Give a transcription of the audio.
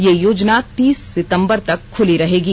ये योजना तीस सितम्बर तक खुली रहेगी